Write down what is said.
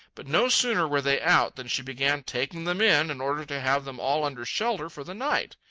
but no sooner were they out, than she began taking them in, in order to have them all under shelter for the night.